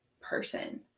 person